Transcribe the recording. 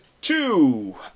two